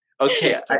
okay